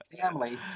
family